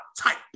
type